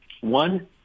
One